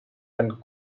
and